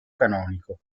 canonico